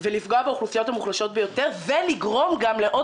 לפגוע באוכלוסיות המוחלשות ביותר ולגרום גם לעוד